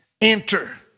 enter